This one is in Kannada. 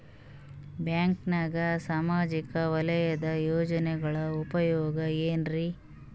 ಬ್ಯಾಂಕ್ದಾಗ ಸಾಮಾಜಿಕ ವಲಯದ ಯೋಜನೆಗಳ ಉಪಯೋಗ ಏನ್ರೀ?